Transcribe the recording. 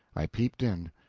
i peeped in.